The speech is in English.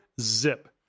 zip